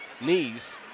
knees